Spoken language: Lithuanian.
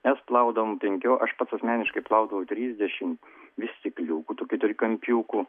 mes plaudavom penkio aš pats asmeniškai plaudavau trisdešim vystikliukų tokių trikampiukų